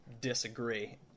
disagree